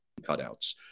cutouts